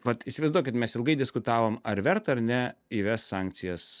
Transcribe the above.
vat įsivaizduokit mes ilgai diskutavom ar verta ar ne įvest sankcijas